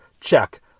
check